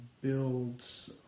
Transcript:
builds